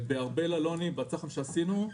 בארבל אלוני בצח"מ שעשינו,